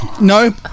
No